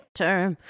term